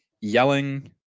yelling